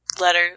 letter